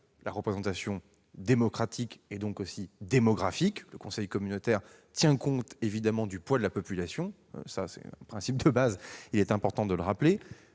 la représentation démocratique et, partant, démographique. Le conseil communautaire tient compte du poids de la population : c'est un principe de base qu'il est important de rappeler.